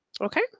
okay